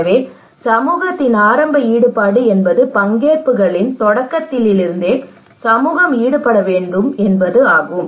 எனவே சமூகத்தின் ஆரம்ப ஈடுபாடு என்பது பங்கேற்புகளின் தொடக்கத்திலிருந்தே சமூகம் ஈடுபட வேண்டும் என்பதாகும்